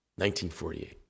1948